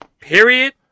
period